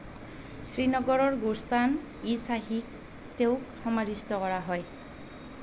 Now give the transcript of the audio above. শ্ৰীনগৰৰ গোৰ্স্তান ই শ্বাহীত তেওঁক সমাধিস্থ কৰা হয়